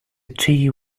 tea